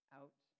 out